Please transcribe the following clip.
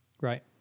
Right